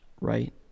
right